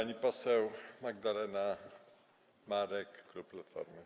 Pani poseł Magdalena Marek, klub Platforma.